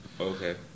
Okay